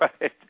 right